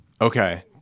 Okay